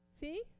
See